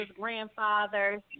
grandfathers